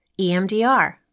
EMDR